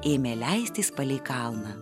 ėmė leistis palei kalną